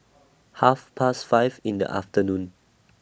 Half Past five in The afternoon